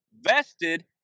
vested